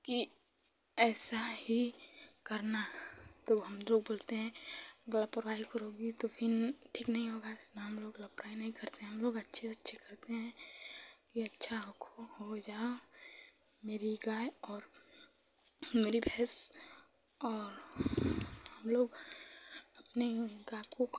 कि ऐसा ही करना तो हमलोग बोलते हैं लापरवाही करोगे तो फिर ठीक नहीं होगा हमलोग लापरवाही नहीं करते हैं हमलोग अच्छे से अच्छे करते हैं कि अच्छी हो जाए मेरी गाय और मेरी भैँस और हमलोग अपनी गाय को